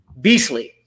beastly